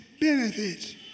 benefits